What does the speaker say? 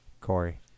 Corey